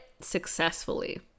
successfully